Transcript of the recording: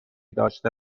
داشته